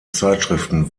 zeitschriften